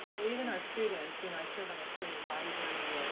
even our students, you know i serve on a student advisory, and